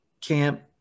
camp